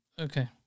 Okay